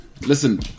Listen